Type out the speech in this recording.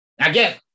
Again